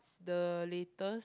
the latest